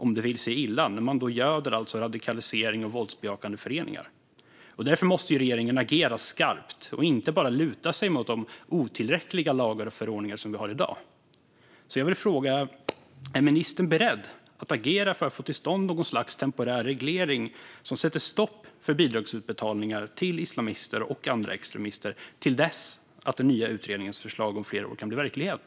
Om det vill sig illa göder man radikalisering och våldsbejakande föreningar. Därför måste regeringen agera skarpt och inte bara luta sig mot de otillräckliga lagar och förordningar som vi har i dag. Jag vill fråga: Är ministern beredd att agera för att få till stånd något slags temporär reglering som sätter stopp för bidragsutbetalningar till islamister och andra extremister till dess att den nya utredningens förslag om flera år kan bli verklighet?